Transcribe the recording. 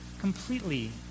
completely